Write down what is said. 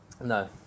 No